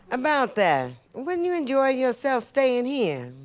about that. wouldn't you enjoy yourself staying here?